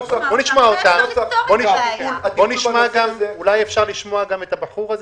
יבוא "במשך שנתיים מייום שחרורו".